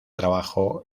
trabajo